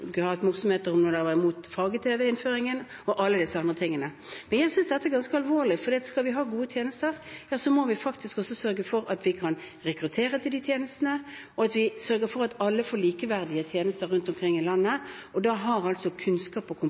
om at de var imot innføringen av farge-tv – og alle disse tingene. Men jeg synes dette er ganske alvorlig, for skal vi ha gode tjenester, må vi faktisk også sørge for at vi kan rekruttere til de tjenestene, og sørge for at alle får likeverdige tjenester rundt omkring i landet. Da har kunnskap, kompetanse og bredde en betydning for mange av disse tjenestene. Jeg har